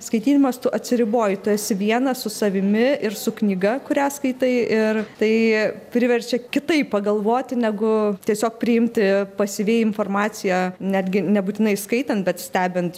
skaitydamas tu atsiriboji tu esi vienas su savimi ir su knyga kurią skaitai ir tai priverčia kitaip pagalvoti negu tiesiog priimti pasyviai informaciją netgi nebūtinai skaitant bet stebint